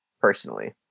personally